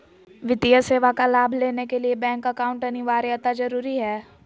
वित्तीय सेवा का लाभ लेने के लिए बैंक अकाउंट अनिवार्यता जरूरी है?